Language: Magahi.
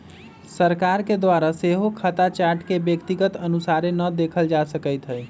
सरकार के द्वारा सेहो खता चार्ट के व्यक्तिगत अनुसारे न देखल जा सकैत हइ